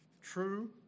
true